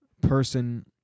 person